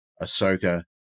Ahsoka